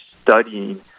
studying